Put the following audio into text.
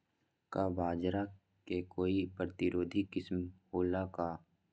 का बाजरा के कोई प्रतिरोधी किस्म हो ला का?